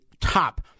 top